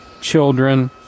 children